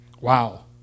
Wow